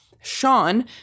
Sean